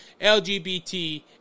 LGBT